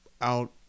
out